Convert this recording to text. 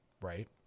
right